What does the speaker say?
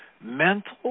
mental